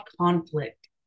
conflict